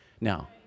Now